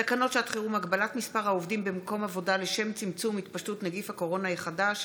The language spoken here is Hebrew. תקנות שעת חירום (נגיף הקורונה החדש)